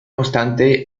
obstante